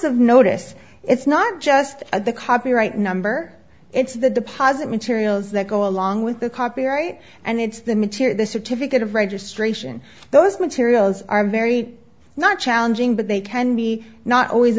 of notice it's not just the copyright number it's the deposit materials that go along with the copyright and it's the material the certificate of registration those materials are very not challenging but they can be not always